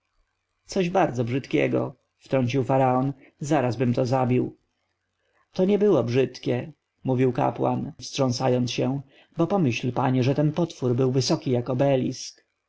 coś bardzo brzydkiego wtrącił faraon zarazbym to zabił to nie było brzydkie mówił kapłan wstrząsając się bo pomyśl panie że ten potwór był wysoki jak